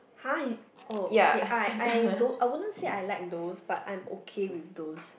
!huh! you oh okay I I don't I wouldn't say I like those but I am okay with those